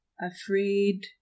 afraid